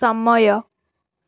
ସମୟ